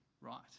right